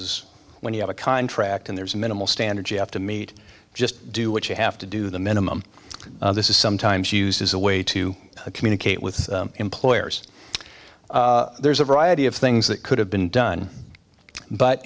is when you have a contract and there's a minimal standard you have to meet just do what you have to do the minimum this is sometimes used as a way to communicate with employers there's a variety of things that could have been done but